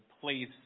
place